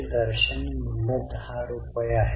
हे दररोजच्या क्रियाकलापात नाही